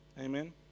Amen